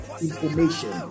information